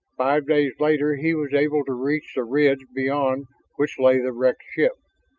five days later he was able to reach the ridge beyond which lay the wrecked ship.